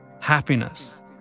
happiness